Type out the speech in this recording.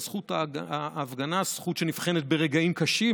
זכות ההפגנה היא זכות שנבחנת ברגעים קשים,